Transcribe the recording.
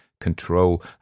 control